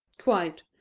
quite.